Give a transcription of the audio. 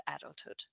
adulthood